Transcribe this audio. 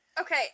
Okay